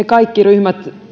kaikki ryhmät